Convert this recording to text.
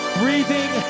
breathing